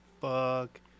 fuck